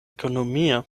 ekonomie